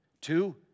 two